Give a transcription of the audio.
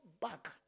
back